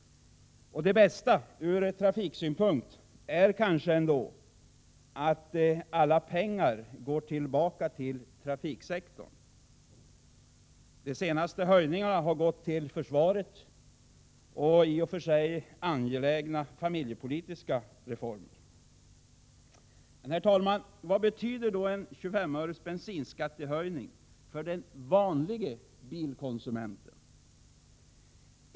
Det bästa från trafiksynpunkt är kanske ändå att alla pengar går tillbaka till trafiksektorn — de senaste höjningarna har gått till försvaret och i och för sig angelägna familjepolitiska reformer. Herr talman! Vad betyder då 25 öres bensinskattehöjning för den vanlige bilkonsumenten?